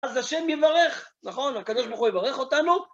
אז ה' יברך, נכון? הקב"ה יברך אותנו.